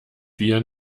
wir